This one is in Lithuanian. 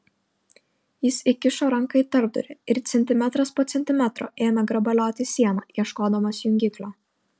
jis įkišo ranką į tarpdurį ir centimetras po centimetro ėmė grabalioti sieną ieškodamas jungiklio